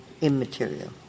immaterial